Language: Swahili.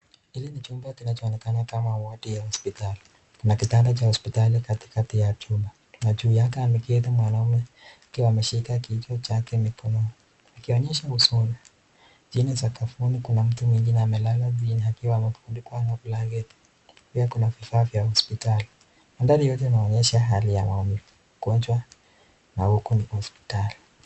Hiki ni chumba kinachoonekana kama wodi ya hospitali kuna kitanda cha hospitali katikati ya chumba. Juu yake ameketi mwanaume ameshika kichwa chake kwa mikono akionesha huzuni. Chini sakafuni kuna mtu mwingine amelala akiwa amefunikwa na blanketi. Pia kuna vifaa vya hospitali . Mandhari yote inaonesha hali ya maumivu na magonjwa na huku ni hospitali.